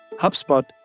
HubSpot